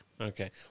Okay